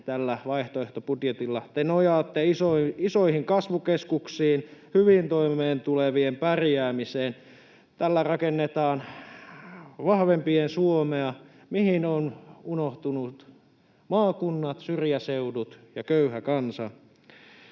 tällä vaihtoehtobudjetilla? Te nojaatte isoihin kasvukeskuksiin, hyvin toimeentulevien pärjäämiseen. Tällä rakennetaan vahvempien Suomea. Mihin ovat unohtuneet maakunnat, syrjäseudut ja köyhä kansa?